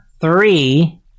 three